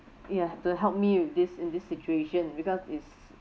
ya to help me with this in this situation because it's